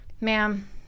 ma'am